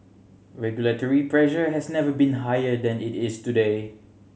regulatory pressure has never been higher than it is today